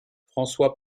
françois